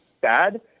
bad